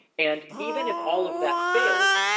and even if all of that fails,